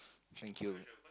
thank you